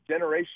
generational